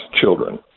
children